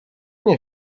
nie